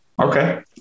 Okay